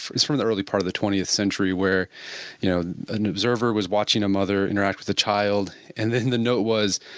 it's from the early part of the twentieth century where you know an observer was watching a mother interact with the child, and then the note was,